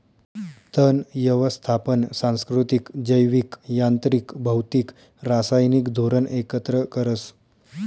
तण यवस्थापन सांस्कृतिक, जैविक, यांत्रिक, भौतिक, रासायनिक धोरण एकत्र करस